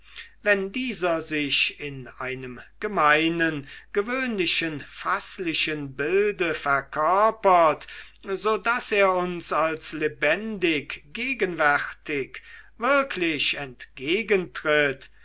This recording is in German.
wenn dieser sich in einem gemeinen gewöhnlichen faßlichen bilde verkörpert so daß er uns als lebendig gegenwärtig wirklich entgegentritt